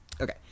okay